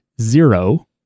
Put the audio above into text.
Zero